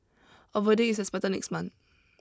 a verdict is expected next month